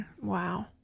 Wow